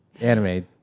anime